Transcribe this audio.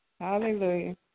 Hallelujah